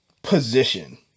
position